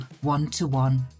one-to-one